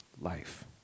life